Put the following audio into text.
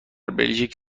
بلژیک